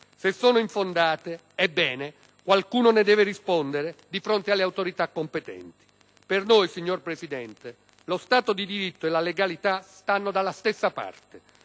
Se sono infondate, ebbene qualcuno ne deve rispondere di fronte alle autorità competenti. Per noi, signor Presidente, lo Stato di diritto e la legalità stanno dalla stessa parte.